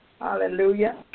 Hallelujah